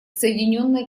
соединенное